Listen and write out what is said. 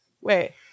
wait